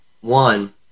one